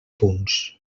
punts